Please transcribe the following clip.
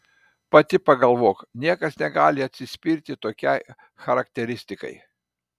pati pagalvok niekas negali atsispirti tokiai charakteristikai